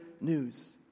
news